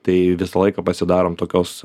tai visą laiką pasidarom tokios